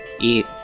eat